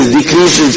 decreases